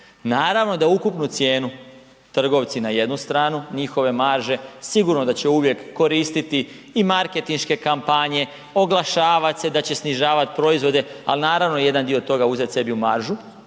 Naravno da ukupnu cijenu trgovci na jednu stranu njihove marže sigurno da će uvijek koristiti i marketinške kampanje, oglašavat se da će snižavat proizvode, ali naravno jedan dio toga uzet sebi u maržu.